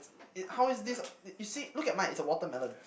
it how is this y~ you see look at mine it's a watermelon